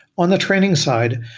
on the training side,